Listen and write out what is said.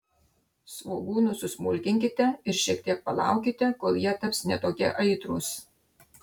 svogūnus susmulkinkite ir šiek tiek palaukite kol jie taps ne tokie aitrūs